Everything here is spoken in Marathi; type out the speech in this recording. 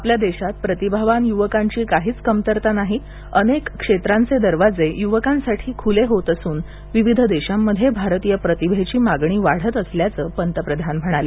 आपल्या देशात प्रतिभावान युवकांची काहीच कमतरता नाही अनेक क्षेत्रांचे दरवाजे युवकांसाठी खुले होत असून विविध देशांमध्ये भारतीय प्रतिभेची मागणी वाढत असल्याचं पंतप्रधान म्हणाले